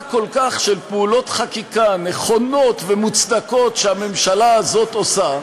כל כך של פעולות חקיקה נכונות ומוצדקות שהממשלה הזאת עושה,